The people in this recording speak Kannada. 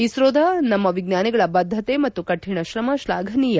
ಇಸ್ತೋದ ನಮ್ಮ ವಿಚ್ವಾನಿಗಳ ಬದ್ಧತೆ ಮತ್ತು ಕಠಿಣ ಶ್ರಮ ಶ್ಲಾಘನೀಯ